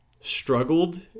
struggled